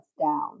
down